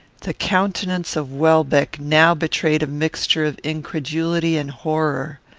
the countenance of welbeck now betrayed a mixture of incredulity and horror.